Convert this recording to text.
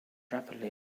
rapidly